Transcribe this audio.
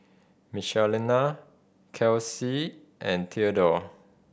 Michelina Kelsey and Theodore